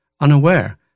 unaware